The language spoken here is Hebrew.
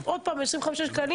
עוד פעם, 25 שקלים.